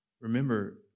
Remember